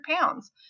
pounds